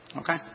Okay